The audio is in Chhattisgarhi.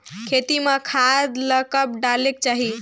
खेती म खाद ला कब डालेक चाही?